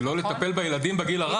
מועדפת ולא בטיפול בילדים בגיל הרך?